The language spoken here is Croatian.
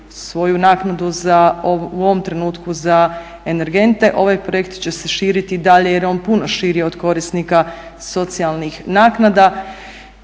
svoju naknadu u ovom trenutku za energente. Ovaj projekt će se širiti i dalje jer je on puno širi od korisnika socijalnih naknada